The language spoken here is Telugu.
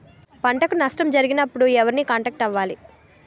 పంటకు నష్టం జరిగినప్పుడు ఎవరిని కాంటాక్ట్ అవ్వాలి?